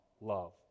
love